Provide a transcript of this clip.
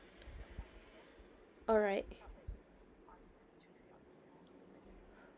alright